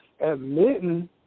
admitting